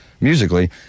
musically